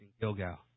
Gilgal